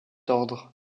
ordre